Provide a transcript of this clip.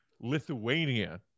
Lithuania